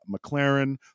McLaren